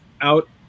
out